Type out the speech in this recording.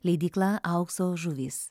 leidykla aukso žuvys